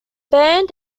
band